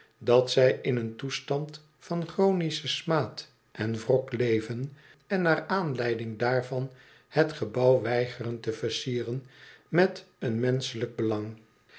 dat zij in een toestand van chronisch en smaad en wrok leven en naar aanleiding daarvan het gebouw weigeren te versieren met een menseheltjk belang